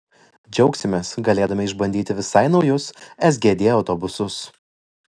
džiaugsimės galėdami išbandyti visai naujus sgd autobusus